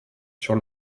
sur